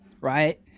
right